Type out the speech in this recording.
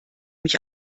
mich